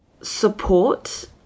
support